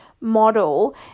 model